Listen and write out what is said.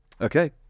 okay